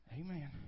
Amen